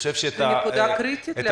זו נקודה קריטית.